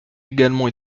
également